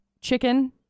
chicken